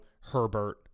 Herbert